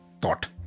thought